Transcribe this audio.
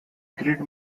grid